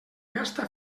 gasta